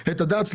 הדעת.